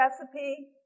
recipe